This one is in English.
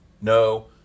No